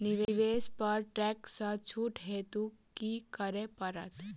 निवेश पर टैक्स सँ छुट हेतु की करै पड़त?